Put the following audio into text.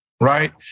right